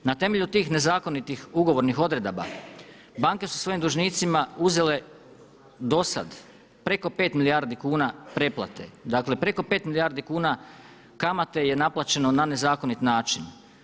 Na temelju tih nezakonitih ugovornih odredaba banke su svojim dužnicima uzele do sad preko 5 milijardi kuna pretplate, dakle preko 5 milijardi kuna kamate je naplaćeno na nezakonit način.